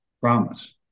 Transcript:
promise